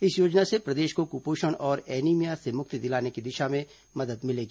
इस योजना से प्रदेश को कुपोषण और एनीमिया से मुक्ति दिलाने की दिशा में मदद मिलेगी